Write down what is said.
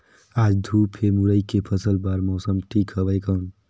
आज धूप हे मुरई के फसल बार मौसम ठीक हवय कौन?